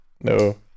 no